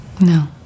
No